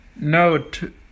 Note